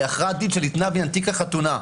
להכרעת דין שניתנה בתיק החתונה,